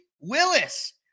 Willis